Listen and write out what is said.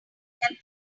can